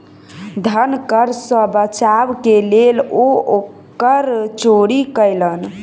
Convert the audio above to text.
धन कर सॅ बचाव के लेल ओ कर चोरी कयलैन